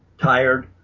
tired